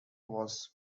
was